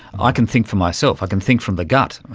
i can think for myself, i can think from the gut,